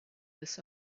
this